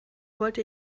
wollte